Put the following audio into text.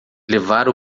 levar